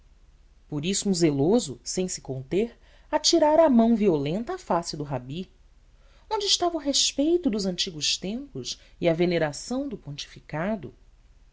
por isso um zeloso sem se conter atirara a mão violenta à face do rabi onde estava o respeito dos antigos tempos e a veneração do pontificado